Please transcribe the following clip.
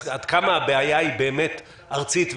אז כמה הבעיה היא באמת ארצית?